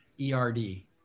E-R-D